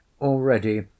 Already